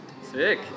Sick